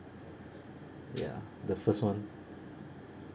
ya the first one